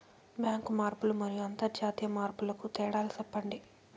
Bank మార్పులు మరియు అంతర్జాతీయ మార్పుల కు తేడాలు సెప్పండి?